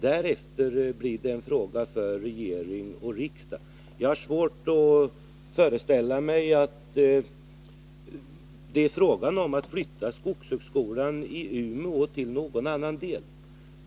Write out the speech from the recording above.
Därefter blir det en fråga för regering och riksdag. Jag har svårt att föreställa mig att det är fråga om att flytta skogshögskolan i Umeå till någon annan ort.